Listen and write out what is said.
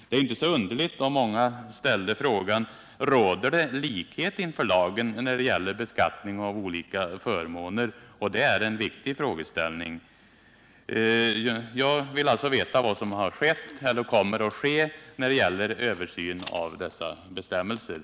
Det är inte så underligt om många ställde frågan: Råder det likhet inför lagen när det gäller beskattning av olika förmåner? Det är en viktig frågeställning. Jag vill alltså veta vad som har skett eller kommer att ske i fråga om översyn av bestämmelserna.